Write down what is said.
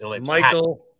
Michael